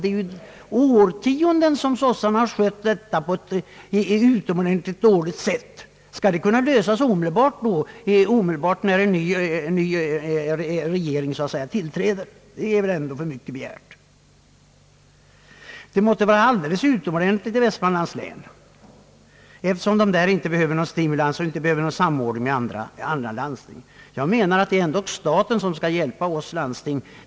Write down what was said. Under årtionden har ju socialdemokraterna skött det hela på ett utomordentligt dåligt sätt. Det är väl ändå för mycket begärt att problemet skall kunna lösas omedelbart när en ny »regering» så att säga tillträder. Det måtte vara alldeles utomordentligt väl ställt i Västmanlands län, eftersom man där inte behöver någon stimulans eller någon samordning med andra landsting. Jag menar att det ändock är staten som bör hjälpa landstingen.